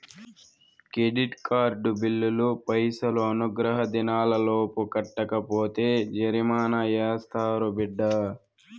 credit card బిల్లులు పైసలు అనుగ్రహ దినాలలోపు కట్టకపోతే జరిమానా యాస్తారు బిడ్డా